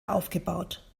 aufgebaut